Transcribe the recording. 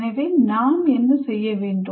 எனவே நாம் என்ன செய்ய வேண்டும்